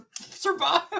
survive